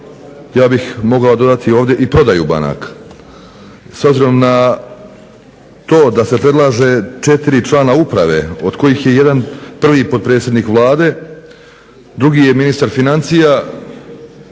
ja bih mogao dodati ovdje i prodaju banaka. S obzirom na to da se predlažu 4 člana uprave od kojih je jedan prvi potpredsjednik Vlade, drugi je ministar financija,